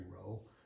role